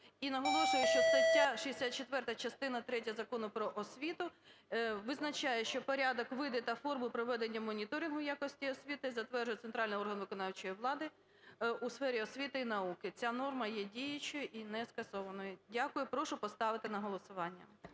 і наголошую, що стаття 64 частина третя Закону "Про освіту" визначає, що порядок, види та форма проведення моніторингу якості освіти затверджує центральний орган виконавчої влади у сфері освіти і науки. Ця норма є діючою і не скасованою. Дякую. Прошу поставити на голосування.